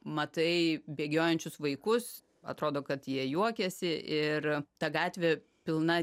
matai bėgiojančius vaikus atrodo kad jie juokiasi ir ta gatvė pilna